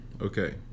okay